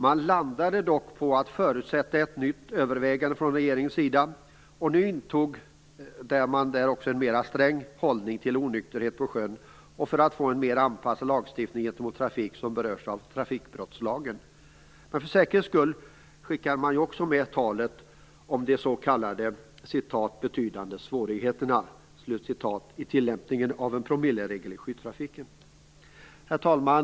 Man landade dock på att förutsätta ett nytt övervägande från regeringen, som nu intog en mer sträng hållning till onykterhet på sjön, och man ville få en mer anpassad lagstiftning gentemot trafik som berörs av trafikbrottslagen. Men för säkerhets skulle skickade man också med talet om de s.k. "betydande svårigheter" som förekom i tilllämpningen av en promilleregel i sjötrafiken. Herr talman!